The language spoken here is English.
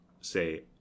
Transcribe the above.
say